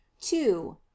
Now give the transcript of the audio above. two